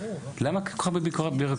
למה כל כך הרבה בירוקרטיה,